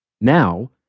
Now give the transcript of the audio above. Now